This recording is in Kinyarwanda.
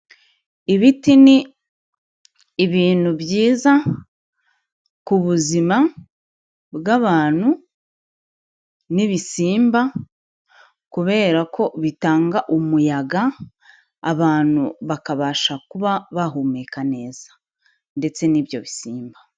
Ibiti ni ibintu byiza ku buzima bw'abantu n'ibisimba kubera ko bitanga umuyaga abantu bakabasha kuba bahumeka neza ndetse n'ibyo bisimba.